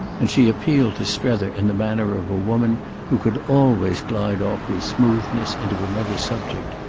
and she appealed to strether in the manner of a woman who could always glide off with smoothness into another subject.